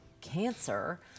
cancer